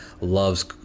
loves